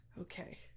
Okay